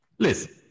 Listen